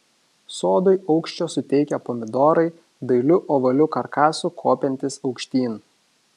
sodui aukščio suteikia pomidorai dailiu ovaliu karkasu kopiantys aukštyn